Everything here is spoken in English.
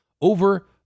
over